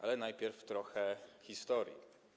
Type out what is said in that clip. Ale najpierw trochę historii.